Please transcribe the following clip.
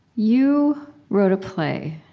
you wrote a play,